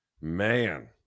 man